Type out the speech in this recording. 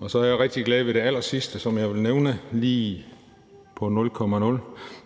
Og så er jeg rigtig glad ved det allersidste, som jeg vil nævne nu lige på nul komma nul,